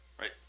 right